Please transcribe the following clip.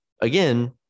again